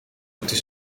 moeten